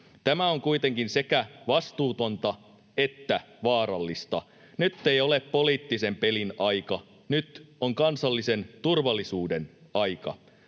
Tämä on kuitenkin sekä vastuutonta että vaarallista. Nyt ei ole poliittisen pelin aika. Nyt on kansallisen turvallisuuden aika.